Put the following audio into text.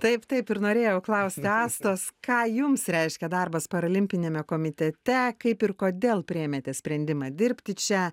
taip taip ir norėjau klausti astos ką jums reiškia darbas parolimpiniame komitete kaip ir kodėl priėmėte sprendimą dirbti čia